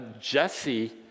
Jesse